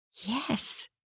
Yes